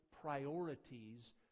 priorities